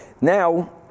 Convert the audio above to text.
now